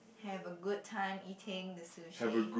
have a good time eating the sushi